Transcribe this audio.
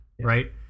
right